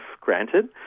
granted